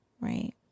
right